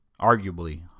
Arguably